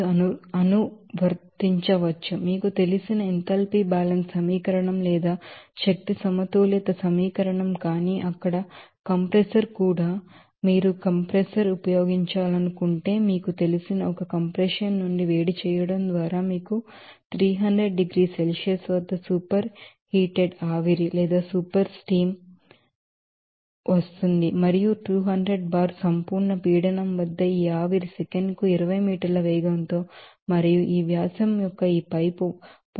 దీనిని మీరు అనువర్తించవచ్చు మీకు తెలిసిన ఎంథాల్పీ బ్యాలెన్స్ సమీకరణం లేదా ఎనర్జీ బాలన్స్ ఈక్వేషన్ కానీ అక్కడ కంప్రెసర్ కూడా మీరు కంప్రెసర్ ఉపయోగించాలనుకుంటే మీకు తెలిసిన ఒక కంప్రెసర్ ను వేడి చేయడం ద్వారా మీకు 300 డిగ్రీల సెల్సియస్ వద్ద సూపర్ హీటెడ్ ఆవిరి తెలుసు మరియు 200 బార్ అబ్సొల్యూట్ ప్రెషర్ వద్ద ఈ ఆవిరి సెకనుకు 20 మీటర్ల వేగంతో మరియు ఈ వ్యాసం యొక్క ఈ పైపుకు